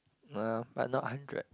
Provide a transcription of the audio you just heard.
no but not hundred